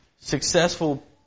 successful